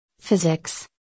Physics